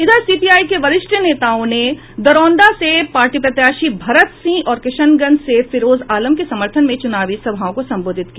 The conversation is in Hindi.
इधर सीपीआई के वरिष्ठ नेताओं ने दरौंदा से पार्टी प्रत्याशी भरत सिंह और किशनगंज से फिरोज आलम के समर्थन में चुनावी सभाओं को संबोधित किया